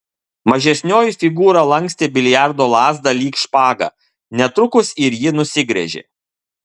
mažesnioji figūra lankstė biliardo lazdą lyg špagą netrukus ir ji nusigręžė